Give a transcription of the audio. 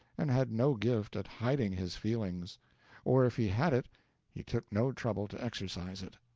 and had no gift at hiding his feelings or if he had it he took no trouble to exercise it.